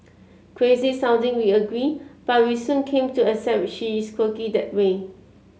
crazy sounding we agree but we soon came to accept she is quirky that way